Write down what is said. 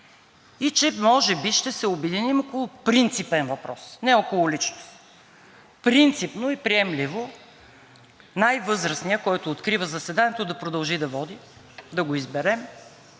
и че може би ще се обединим около принципен въпрос, не около личност, принципно и приемливо най-възрастният, който открива заседанието, да продължи да води, да го изберем,